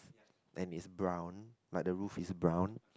then it's brown like the roof is brown